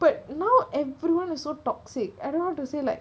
but now everyone is so toxic I don't know how to say like